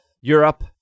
Europe